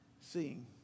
seeing